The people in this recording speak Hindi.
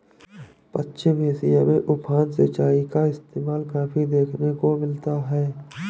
पश्चिम एशिया में उफान सिंचाई का इस्तेमाल काफी देखने को मिलता है